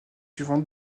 suivantes